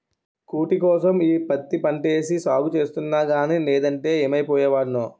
కూటికోసం ఈ పత్తి పంటేసి సాగు సేస్తన్నగానీ నేదంటే యేమైపోయే వోడ్నో